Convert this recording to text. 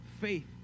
faith